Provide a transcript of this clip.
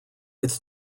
its